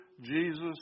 Jesus